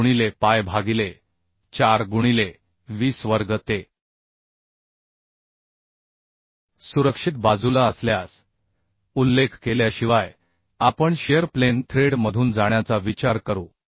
78 गुणिले पाय भागिले 4 गुणिले 20 वर्ग ते सुरक्षित बाजूला असल्यास उल्लेख केल्याशिवाय आपण शिअर प्लेन थ्रेड मधून जाण्याचा विचार करू